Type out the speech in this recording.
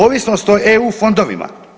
Ovisnost o EU fondovima.